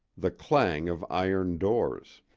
the clang of iron doors.